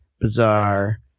bizarre